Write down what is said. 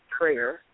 prayer